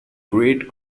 great